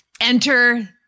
Enter